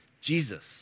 Jesus